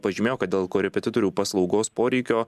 pažymėjo kad dėl korepetitorių paslaugos poreikio